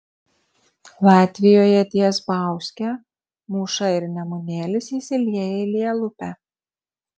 latvijoje ties bauske mūša ir nemunėlis įsilieja į lielupę